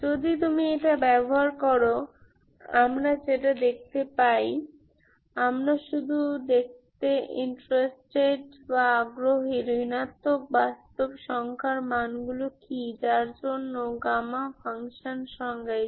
যদি তুমি এটা ব্যবহার করো আমরা যেটা দেখতে পাই আমরা শুধু দেখতে ইন্টারেস্টেড ঋণাত্মক বাস্তব সংখ্যার মান গুলি কি যার জন্য গামা ফাংশানসংজ্ঞায়িত